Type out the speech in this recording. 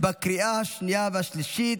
לקריאה השנייה והשלישית.